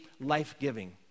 life-giving